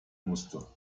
musste